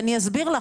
אסביר לך.